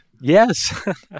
Yes